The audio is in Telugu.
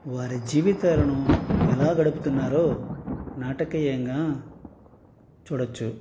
వారి జీవితాలను ఎలా గడుపుతున్నారో నాటకీయంగా చూడవచ్చు